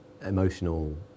emotional